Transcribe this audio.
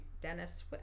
Dennis